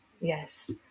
Yes